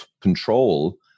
control